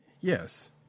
Yes